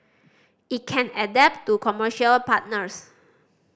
it can adapt to commercial partners